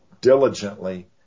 diligently